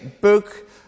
book